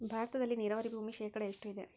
ಭಾರತದಲ್ಲಿ ನೇರಾವರಿ ಭೂಮಿ ಶೇಕಡ ಎಷ್ಟು ಇದೆ?